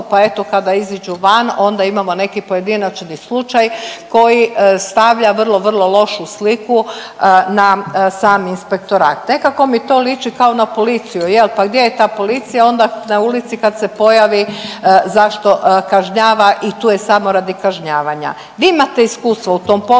pa eto, kada iziđu van, onda imamo neki pojedinačni slučaj koji stavlja vrlo, vrlo lošu sliku na sam Inspektorat. Nekako mi to liči kao na policiju, je li, pa gdje je ta policija, onda na ulici kad se pojavi, zašto kažnjava i tu je samo radi kažnjavanja. Vi imate iskustva u tom poslu,